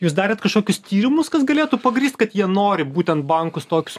jūs darėt kažkokius tyrimus kas galėtų pagrįst kad jie nori būtent bankus tokius